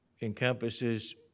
encompasses